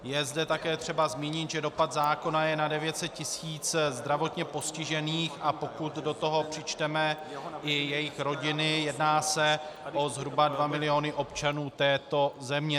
Je zde také třeba zmínit, že dopad zákona je na 900 000 zdravotně postižených, a pokud do toho přičteme i jejich rodiny, jedná se zhruba o 2 miliony občanů této země.